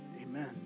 Amen